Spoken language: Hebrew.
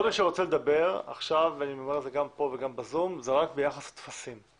כל מי שרוצה לדבר עכשיו זה רק ביחס לטפסים.